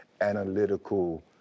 analytical